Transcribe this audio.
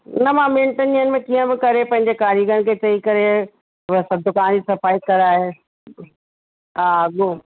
न मां ॿिनि टिनि ॾींहनि में कीअं बि करे पंहिंजे कारीगरनि खे चई करे वरी सभु दुकान जी सफ़ाई कराए हा ॿियो